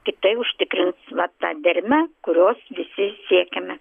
tik tai užtikrins va tą dermę kurios visi siekiame